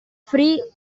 free